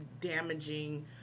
damaging